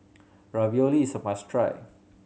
ravioli is a must try